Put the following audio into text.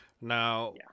Now